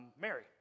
Mary